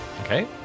Okay